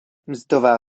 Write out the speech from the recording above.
mzdová